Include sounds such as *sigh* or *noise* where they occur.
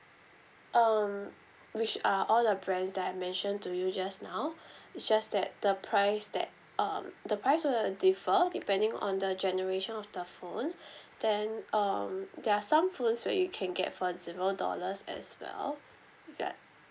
um which are all the brands that I mentioned to you just now *breath* it's just that the price that um the price will differ depending on the generation of the phone *breath* then um there are some phones where you can get for zero dollars as well